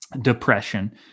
depression